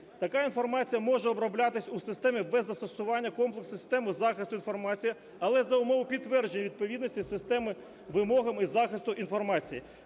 Така інформація може оброблятися у системі без застосування комплексу системи захисту інформації, але за умови підтвердження відповідності системи вимогам із захисту інформації.